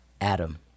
Adam